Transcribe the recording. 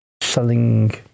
selling